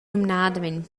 numnadamein